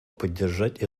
поддержать